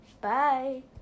Bye